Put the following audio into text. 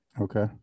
Okay